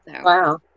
Wow